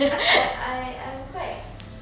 I I I I'm quite